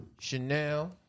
chanel